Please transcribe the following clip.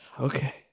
Okay